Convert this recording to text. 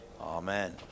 Amen